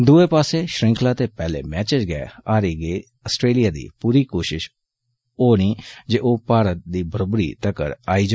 दुए पास्सै श्रंखलादे पेहले मैचै च गै हारी गेदे आस्ट्रलिया दी पूरी कोषिष होनी जे ओ भारत दी बरोबरी तक्कर आई जा